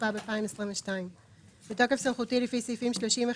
התשפ"ב-2022 בתוקף סמכותי לפי סעיפים 35,